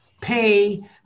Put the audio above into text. pay